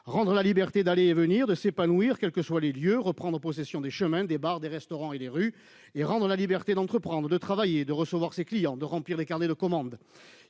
rendre la liberté d'aller et venir, de s'épanouir, quels que soient les lieux, afin que chacun reprenne possession des chemins, des bars, des restaurants et des rues. Ensuite, il est nécessaire de rendre la liberté d'entreprendre, de travailler, de recevoir ses clients et de remplir les carnets de commandes.